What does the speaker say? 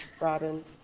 Robin